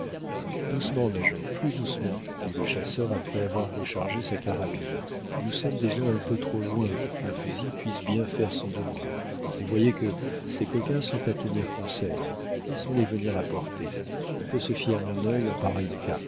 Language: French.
doucement major plus doucement dit le chasseur après avoir rechargé sa carabine nous sommes déjà un peu trop loin pour qu'un fusil puisse bien faire son devoir vous voyez que ces coquins sont à tenir conseil laissons-les venir à portée on peut se fier à mon œil en pareil cas